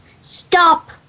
stop